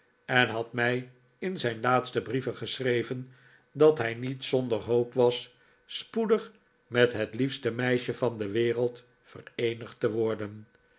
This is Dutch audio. en had mij in zijn laatste brieven geschreven dat hij niet zonder hoop was spoedig met het liefste meisje van de wereld vereenigd te worden